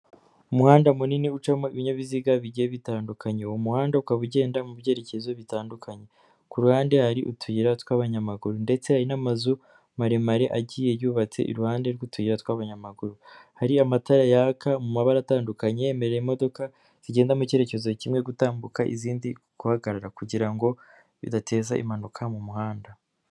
Umuhanda munini ucamo ibinyabiziga bigiye bitandukanye, uwo umuhanda ukaba ugenda mu byerekezo bitandukanye, ku ruhande hari utuyira tw'abanyamaguru ndetse n'amazu maremare agiye yubatse iruhande rw'utuyiraw'abanyamaguru, hari amatara yaka mu mabara atandukanye yemerera imodoka zigenda mu cyerekezo kimwe gutambuka izindi guhagarara kugira ngo bidateza impanuka mu muhanda.